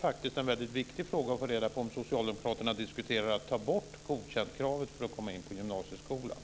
Det är viktigt att få veta om Socialdemokraterna diskuterar att ta bort Godkändkravet för att komma in på gymnasieskolan.